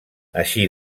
així